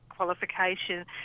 Qualification